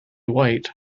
white